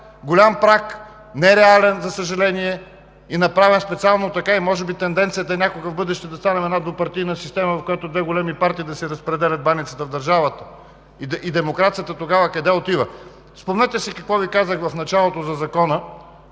голям праг, нереален, за съжаление, и направен специално така. Може би тенденцията е някога в бъдеще да станем една двупартийна система, в която две големи партии да си разпределят баницата в държавата. Демокрацията тогава къде отива?! Спомнете си какво Ви казах в началото за Закона